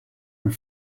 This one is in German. und